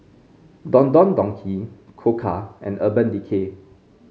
Don Don Donki Koka and Urban Decay